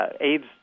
AIDS